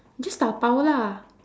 just dabao lah